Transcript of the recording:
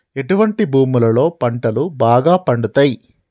ఎటువంటి భూములలో పంటలు బాగా పండుతయ్?